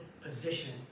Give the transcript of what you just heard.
position